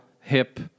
hip